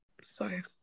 Sorry